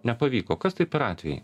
nepavyko kas tai per atvejai